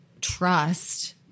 trust